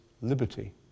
liberty